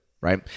right